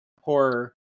horror